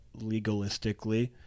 legalistically